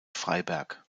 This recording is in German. freiberg